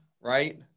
right